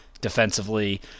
defensively